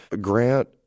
Grant